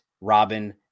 Robin